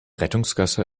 rettungsgasse